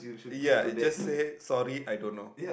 ya it just say sorry I don't know